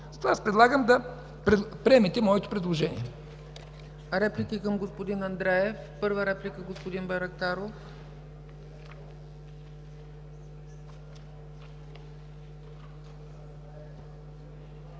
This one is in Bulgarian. Затова аз предлагам да приемете моето предложение.